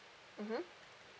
mmhmm